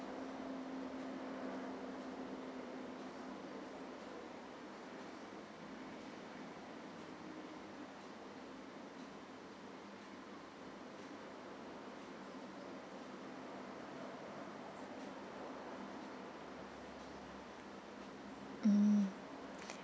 mm